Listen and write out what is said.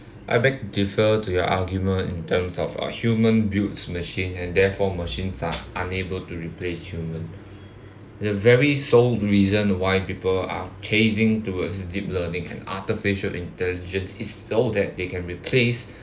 I beg to differ to your argument in terms of our human builds machine and therefore machines are unable to replace human the very sole reason why people are chasing towards deep learning and artificial intelligence is though that they can replace